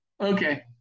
Okay